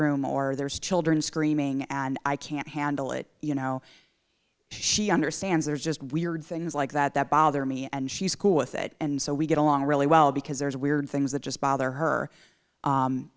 room or there's children screaming and i can't handle it you know she understands there's just weird things like that that bother me and she's cool with it and so we get along really well because there's weird things that just bother her